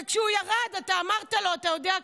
וכשהוא ירד אתה אמרת לו: אתה יודע,